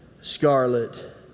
scarlet